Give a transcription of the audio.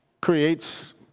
creates